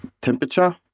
temperature